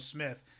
Smith